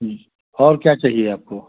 जी और क्या चाहिए आपको